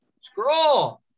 Scroll